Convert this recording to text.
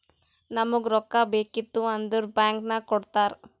ನಮುಗ್ ರೊಕ್ಕಾ ಬೇಕಿತ್ತು ಅಂದುರ್ ಬ್ಯಾಂಕ್ ನಾಗ್ ಕೊಡ್ತಾರ್